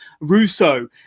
Russo